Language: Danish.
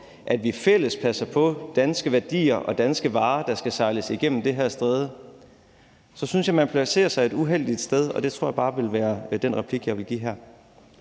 at vi fælles passer på danske værdier og danske varer, der skal sejles igennem det her stræde, så synes jeg, at man placerer sig et uheldigt sted, og det tror jeg bare vil være den replik, jeg vil komme med